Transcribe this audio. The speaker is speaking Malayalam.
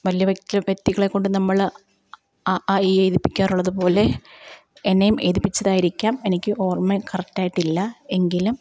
വലിയ വെക്ടി വ്യക്തികളെ കൊണ്ടു നമ്മൾ അ ആ ഇ എഴുതിപ്പിക്കാറുള്ളത് പോലെ എന്നെയും എഴുതിപ്പിച്ചതായിരിക്കാം എനിക്ക് ഓര്മ്മ കറക്റ്റ് ആയിട്ട് ഇല്ല എങ്കിലും